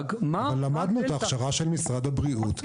למדנו את ההכשרה של משרד הבריאות,